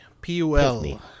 P-U-L